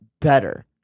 better